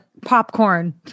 popcorn